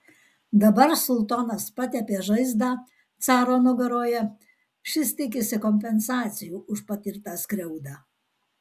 dabar sultonas patepė žaizdą caro nugaroje šis tikisi kompensacijų už patirtą skriaudą